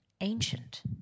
ancient